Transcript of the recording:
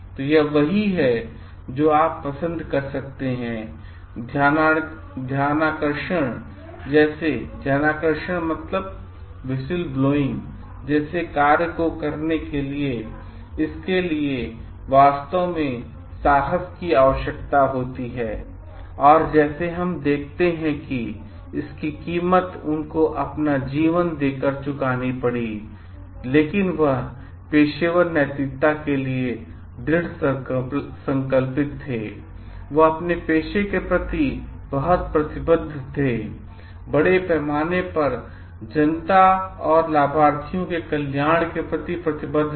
तो यह वही है जो आप पसंद कर सकते हैं ध्यानाकर्षण जैसे कार्य को करने के लिए इसके लिए वास्तव में साहस की आवश्यकता होती है और जैसे हम देखते हैं कि इसकी कीमत उनको अपना जीवन देकर चुकानी पड़ी लेकिन वह अपने पेशेवर नैतिकता के लिए दृढ़ संकल्पित था वह अपने पेशे के प्रति बहुत प्रतिबद्ध था बड़े पैमाने पर जनता और लाभार्थियों के कल्याण के प्रति प्रतिबद्ध था